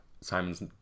Simon's